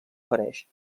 fereix